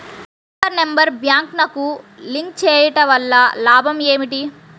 Aadhaar number బ్యాంక్నకు link చేయుటవల్ల లాభం ఏమిటి?